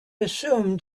assumed